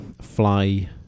fly